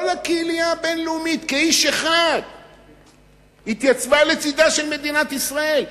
כל הקהילה הבין-לאומית כאיש אחד התייצבה לצדה של מדינת ישראל.